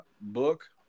book